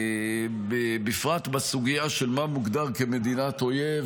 בפרט בסוגיה של מה מוגדר כמדינת אויב